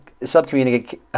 subcommunicate